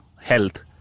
health